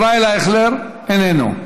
ישראל אייכלר, איננו.